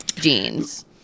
jeans